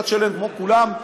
אתה תשלם כמו כולם.